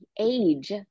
age